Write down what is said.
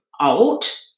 out